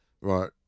right